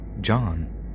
John